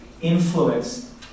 influence